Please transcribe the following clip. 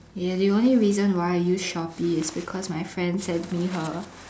ya the only reason why I use Shopee is because my friend sent me her